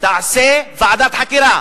תעשה ועדת חקירה.